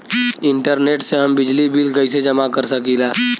Internet से हम बिजली बिल कइसे जमा कर सकी ला?